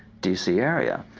d c. area,